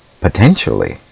potentially